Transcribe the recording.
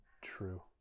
true